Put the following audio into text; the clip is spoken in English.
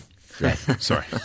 Sorry